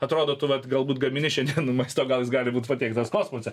atrodo tu vat galbūt gamini šiandien maistą o gal jis gali būt pateiktas kosmose